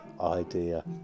idea